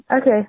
okay